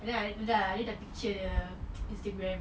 then I ada I ada picture dia instagram